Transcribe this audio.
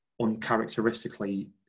uncharacteristically